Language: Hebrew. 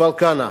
בכפר-כנא